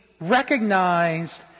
recognized